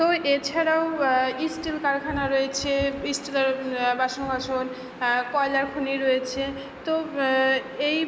তো এছাড়াও স্টিল কারখানা রয়েছে স্টিলের বাসন কাসন কয়লার খনি রয়েছে তো এই